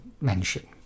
mention